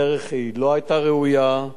הדרך לא היתה ראויה,